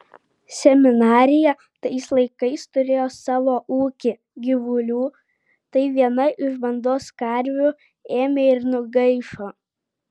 seminarija tais laikais turėjo savo ūkį gyvulių tai viena iš bandos karvių ėmė ir nugaišo